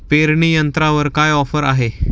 पेरणी यंत्रावर काय ऑफर आहे?